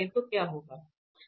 तो क्या होगा